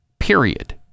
Period